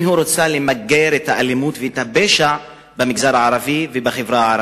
אם היא רוצה למגר את האלימות ואת הפשע במגזר הערבי ובחברה הערבית.